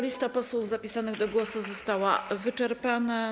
Lista posłów zapisanych do głosu została wyczerpana.